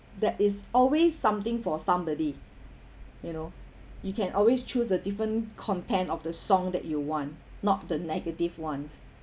uh there is always something for somebody you know you can always choose a different content of the song that you want not the negative ones